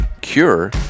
CURE